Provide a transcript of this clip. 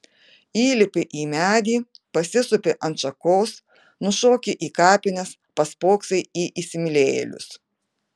įlipi į medį pasisupi ant šakos nušoki į kapines paspoksai į įsimylėjėlius